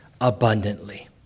abundantly